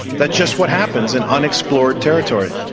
that's just what happens in unexplored territory.